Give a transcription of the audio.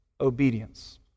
obedience